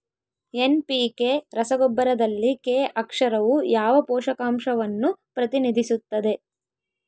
NPK ರಸಗೊಬ್ಬರದಲ್ಲಿ K ಅಕ್ಷರವು ಯಾವ ಪೋಷಕಾಂಶವನ್ನು ಪ್ರತಿನಿಧಿಸುತ್ತದೆ?